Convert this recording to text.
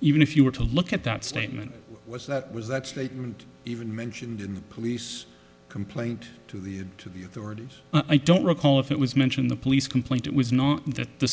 even if you were to look at that statement was that was that statement even mentioned in the police complaint to the to the authorities i don't recall if it was mentioned the police complaint was not th